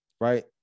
right